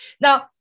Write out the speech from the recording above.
Now